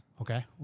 Okay